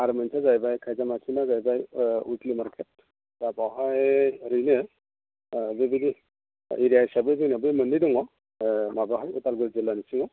आरो मोनसेया जाहैबाय खैजामाथिना जाहैबाय उइकलि मार्केट दा बेवहाय ओरैनो बेबायदि एरिया हिसाबै जोंनाबो मोननै दङ माबाहाय उदालगुरि जिल्लानि सिङाव